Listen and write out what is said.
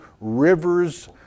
rivers